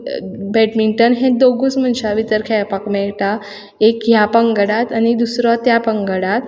badminton हें दोगूच मनशा भितर खेळपाक मेयटा एक ह्या पंगडाक आनी दुसरो त्या पंगडांत